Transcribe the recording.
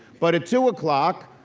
but at two o'clock,